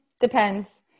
Depends